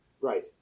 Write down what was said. Right